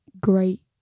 great